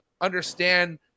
understand